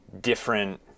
different